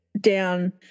down